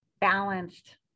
balanced